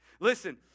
Listen